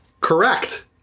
Correct